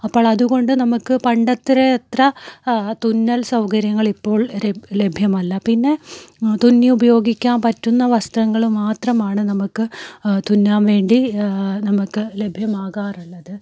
അപ്പോൾ അതുകൊണ്ട് നമുക്ക് പണ്ടത്തെ അത്ര തുന്നൽ സൗകര്യങ്ങൾ ഇപ്പോൾ ലഭ്യമല്ല പിന്നെ തുന്നി ഉപയോഗിക്കാൻ പറ്റുന്ന വസ്ത്രങ്ങൾ മാത്രമാണ് നമുക്ക് തുന്നാൻ വേണ്ടി നമുക്ക് ലഭ്യമാകാറുള്ളത്